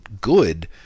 good